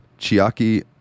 Chiaki